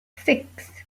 six